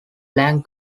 black